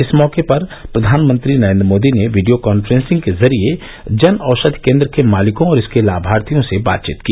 इस मौके पर प्रधानमंत्री नरेन्द्र मोदी ने वीडियो कांफ्रेंसिंग के जरिए जनऔषधि केन्द्र के मालिकों और इसके लाभार्थियों से बातचीत की